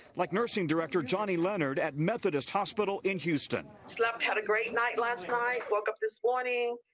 like nursing director johnny leonard at methodist hospital in houston. slept, had a great night last night woke up this morning,